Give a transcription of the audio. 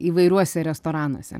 įvairiuose restoranuose